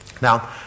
Now